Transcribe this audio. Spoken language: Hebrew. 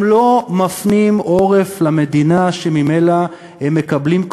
הם לא מפנים עורף למדינה שממנה הם מקבלים,